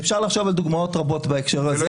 אפשר לחשוב על דוגמאות רבות בהקשר הזה.